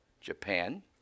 Japan